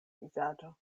vizaĝo